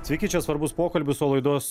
sveiki čia svarbus pokalbis o laidos